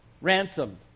Ransomed